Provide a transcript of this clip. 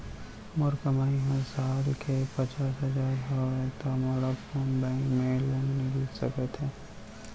मोर कमाई ह साल के पचास हजार हवय त मोला कोन बैंक के लोन मिलिस सकथे?